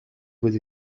vos